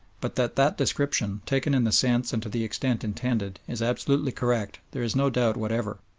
but that that description, taken in the sense and to the extent intended, is absolutely correct there is no doubt whatever.